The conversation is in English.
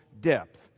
depth